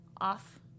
off